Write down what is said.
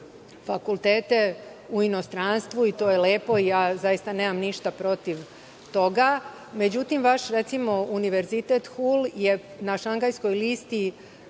fakultete u inostranstvu i to je lepo, ja zaista nemam ništa protiv toga. Međutim, recimo, vaš univerzitet Hul je na Šangajskoj listi